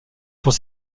pour